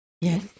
yes